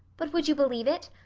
but would you believe it?